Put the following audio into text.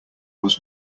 was